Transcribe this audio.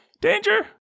danger